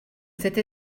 cette